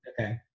Okay